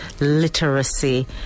literacy